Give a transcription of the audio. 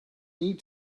need